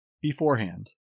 beforehand